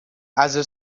ase